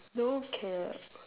no one care lah